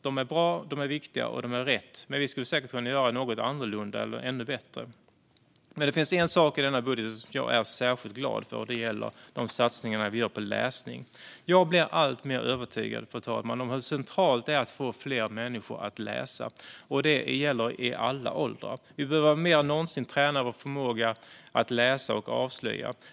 De är bra, de är viktiga och de är riktiga, men vi skulle säkert kunna göra något annorlunda eller ännu bättre. Men det finns en sak i denna budget som jag är särskilt glad för, och det gäller satsningarna på läsning Jag blir alltmer övertygad om hur centralt det är att få fler människor att läsa. Det gäller i alla åldrar. Vi behöver mer än någonsin träna vår förmåga att läsa och avslöja.